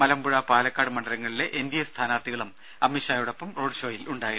മലമ്പുഴ പാലക്കാട് മണ്ഡലങ്ങളിലെ എൻഡിഎ സ്ഥാനാർത്ഥികളും അമിത്ഷായോടൊപ്പം റോഡ് ഷോയിൽ ഉണ്ടായിരുന്നു